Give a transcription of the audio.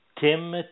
Tim